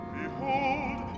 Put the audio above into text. behold